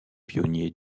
pionniers